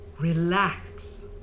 relax